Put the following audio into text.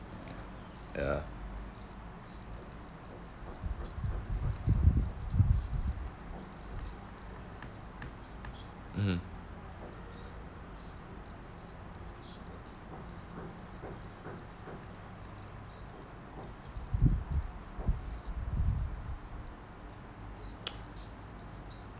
ya mmhmm